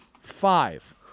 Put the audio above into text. five